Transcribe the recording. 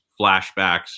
flashbacks